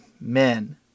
men